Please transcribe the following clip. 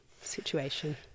situation